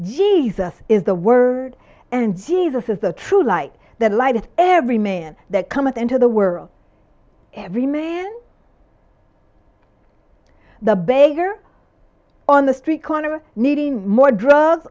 jesus is the word and jesus is the true light the light of every man that cometh into the world every man the beggar on the street corner needing more drugs